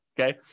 Okay